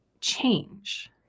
change